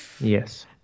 yes